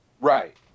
Right